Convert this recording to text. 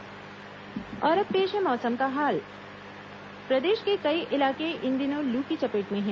मौसम और अब पेश है मौसम का हाल प्रदेश के कई इलाके इन दिनों लू की चपेट में है